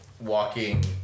walking